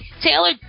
Taylor